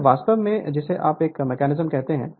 तो यह वास्तव में है जिसे आप इस मेकैनिज्म कहते हैं